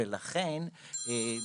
לכן יש התחשבות בסכומים של העיצומים